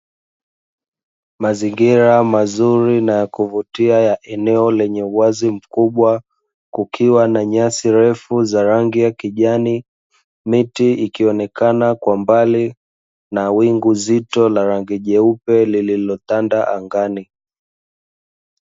Mazingira mazuri na ya kuvutia ya eneo lenye uwazi mkubwa, kukiwa na nyasi refu za rangi ya kijani, miti ikionekana kwa mbali na wingu zito la rangi nyeupe lililotanda angani.